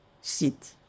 sit